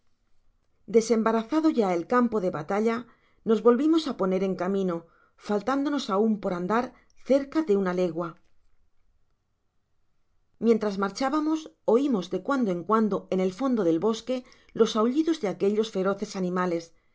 desembarazado ya el campo de batalla nos volvimos á poner en camino altándonos aun que andar cerca de una legua mientras marchábamos oimos de cuando en cuando el en fondo del bosque los aullidos de aquellos feroces animales